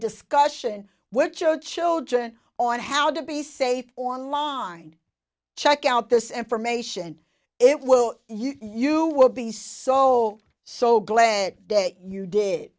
discussion which are children on how to be safe on lawn check out this information it will you will be so so glad you did